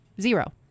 Zero